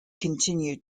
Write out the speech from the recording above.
continued